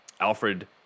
Alfred